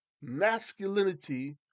masculinity